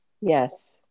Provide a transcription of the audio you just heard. Yes